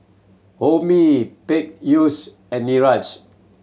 Homi Peyush and Niraj